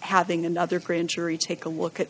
having another grand jury take a look at